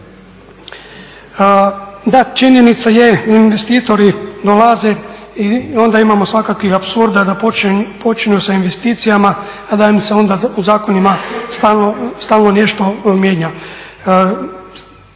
Da činjenica je da investitori dolaze i onda imamo svakakvih apsurda da počinju sa investicijama, a da im se onda u zakonima stalno nešto mijenja.